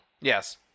Yes